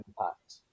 impact